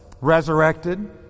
resurrected